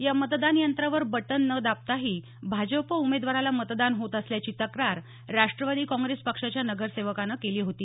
या मतदान यंत्रावर बटन न दाबताही भाजप उमेदवाराला मतदान होत असल्याची तक्रार राष्ट्रवादी काँग्रेस पक्षाच्या नगरसेवकानं केली होती